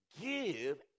give